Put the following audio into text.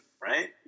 right